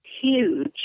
huge